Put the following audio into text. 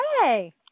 Hey